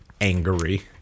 angry